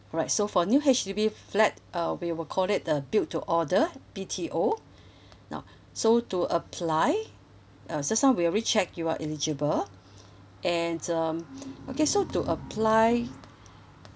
alright so for new H_D_B flat uh we will call it a build to order B_T_O now so to apply uh just now we already check you are eligible and um okay so to apply